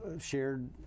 shared